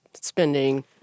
spending